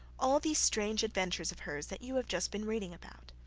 all these strange adventures of hers that you have just been reading about